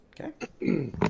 Okay